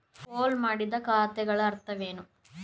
Pool ಮಾಡಿದ ಖಾತೆಗಳ ಅರ್ಥವೇನು?